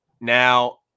Now